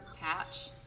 patch